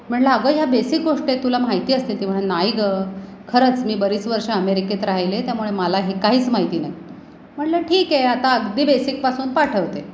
म्हणलं अगं ह्या बेसिक गोष्टी आहेत तुला माहिती असती ती म्हणाली नाही गं खरंच मी बरीच वर्ष अमेरिकेत राहिले त्यामुळे मला हे काहीच माहिती नाही म्हणलं ठीक आहे आता अगदी बेसिकपासून पाठवते